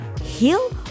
heal